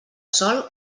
sòl